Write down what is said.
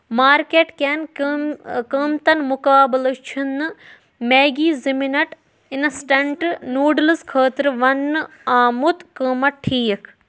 market کٮ۪ن قۭم قۭمتن مُقابلہٕ چھُنہٕ میگی زٕ مِنٹ اِنسٹنٛٹ نوٗڈٕلز خٲطرٕ وننہٕ آمُت قۭمَت ٹھیٖک